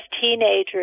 teenagers